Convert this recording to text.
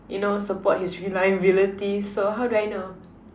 you know support his reliability so how do I know